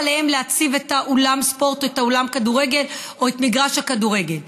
עליהן להציב את אולם הספורט או את אולם הכדורגל או את מגרש הכדורגל.